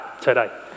today